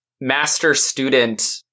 master-student